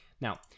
Now